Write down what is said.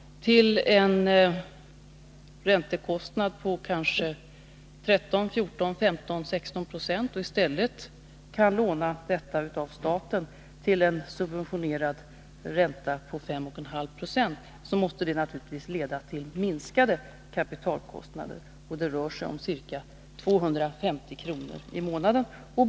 till en räntekostnad på kanske 13, 14,15 eller 16 90 och i stället kan låna detta belopp av staten till en subventionerad ränta på 5,5 Zo måste det leda till minskade kapitalkostnader. Det rör sig om minskade ränteutgifter på ca 250 kr. i månaden.